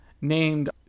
named